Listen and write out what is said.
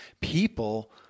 people